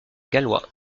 gallois